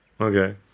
Okay